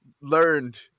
learned